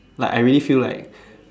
like I really feel like